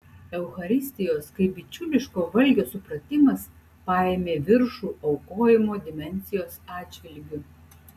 eucharistijos kaip bičiuliško valgio supratimas paėmė viršų aukojimo dimensijos atžvilgiu